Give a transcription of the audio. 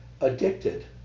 addicted